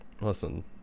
Listen